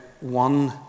one